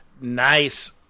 Nice